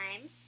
time